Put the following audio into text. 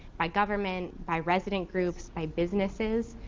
by government, by resident groups, by businesses,